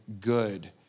good